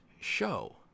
show